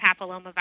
papillomavirus